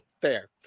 Fair